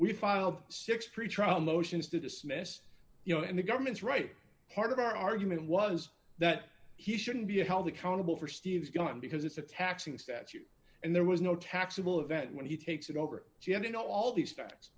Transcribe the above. we filed six pretrial motions to dismiss you know in the government's right part of our argument was that he shouldn't be held accountable for steve's gone because it's a taxing statute and there was no taxable event when he takes it over do you have to know all these